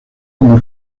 como